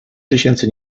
tysięcy